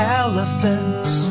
elephants